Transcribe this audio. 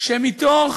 שמתוך